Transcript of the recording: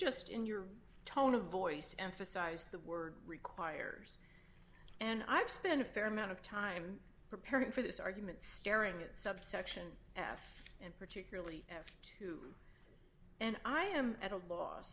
just in your tone of voice emphasize the word requires and i've spent a fair amount of time preparing for this argument staring at subsection f and particularly two and i am at a l